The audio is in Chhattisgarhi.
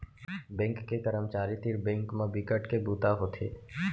बेंक के करमचारी तीर बेंक म बिकट के बूता होथे